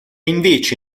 invece